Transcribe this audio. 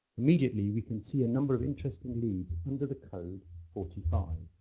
immediately we can see a number of interesting leads under the code forty five.